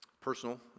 Personal